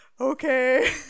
okay